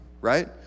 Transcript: right